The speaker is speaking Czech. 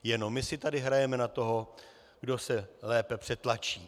Jenom my si tady hrajeme na toho, kdo se lépe přetlačí.